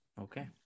Okay